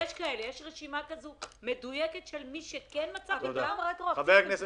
שישה מיליארד שקל הלוואות למי שלא צריך זו לא חוכמה.